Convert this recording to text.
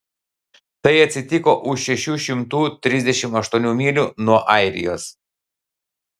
tai atsitiko už šešių šimtų trisdešimt aštuonių mylių nuo airijos